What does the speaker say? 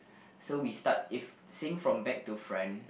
so we start if saying from back to front